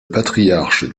patriarche